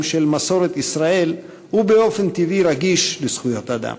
של מסורת ישראל הוא באופן טבעי רגיש לזכויות אדם,